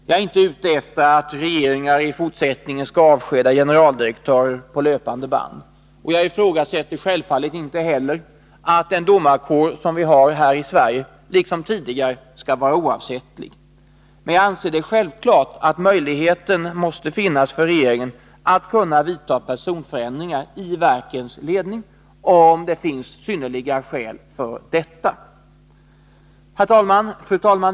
Jag är inte ute efter att regeringar i framtiden skall avskeda generaldirektörer på löpande band, och jag ifrågasätter självfallet inte heller att den domarkår som vi har här i Sverige liksom tidigare skall vara oavsättlig. Men jag anser det självklart att möjligheten måste finnas för regeringen att vidta personförändringar i verkens ledning, om det finns synnerliga skäl för detta. Fru talman!